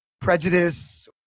prejudice